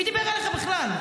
מי דיבר עליך בכלל?